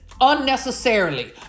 unnecessarily